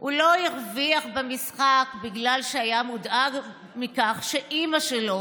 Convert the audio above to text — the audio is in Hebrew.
הוא לא הרוויח במשחק בגלל שהיה מודאג מכך שאימא שלו